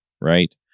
right